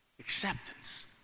acceptance